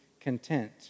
content